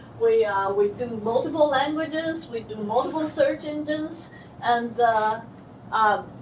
we we do multiple languages, we do multiple search engines and um